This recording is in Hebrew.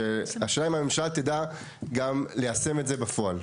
השאלה אם הממשלה תדע גם ליישם את זה בפועל.